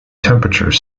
temperature